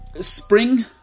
spring